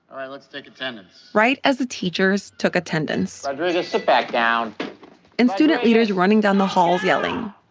all right, let's take attendance. right as the teachers took attendance rodriguez, sit back down and student leaders running down the halls yelling